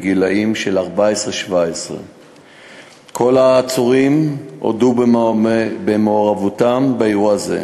גילאי 14 17. כל העצורים הודו במעורבותם באירוע זה.